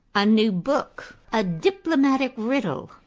a new book, a diplomatic riddle,